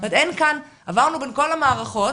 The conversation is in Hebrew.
אין כאן, עברנו בין כל המערכות,